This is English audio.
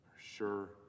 sure